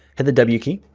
hit the w key,